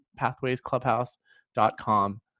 pathwaysclubhouse.com